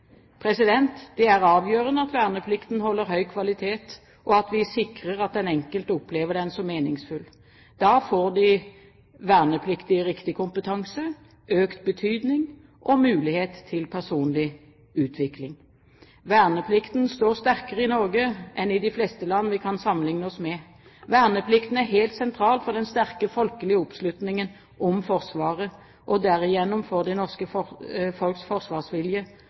Det er avgjørende at verneplikten holder høy kvalitet, og at vi sikrer at den enkelte opplever den som meningsfull. Da får de vernepliktige riktig kompetanse, økt betydning og mulighet til personlig utvikling. Verneplikten står sterkere i Norge enn i de fleste land vi kan sammenligne oss med. Verneplikten er helt sentral for den sterke folkelige oppslutningen om Forsvaret og derigjennom for det norske folks forsvarsvilje